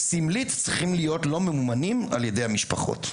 סמלית צריכים להיות לא ממומנים על ידי המשפחות.